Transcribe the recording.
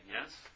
yes